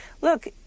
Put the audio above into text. look